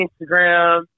Instagram